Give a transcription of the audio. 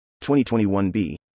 2021B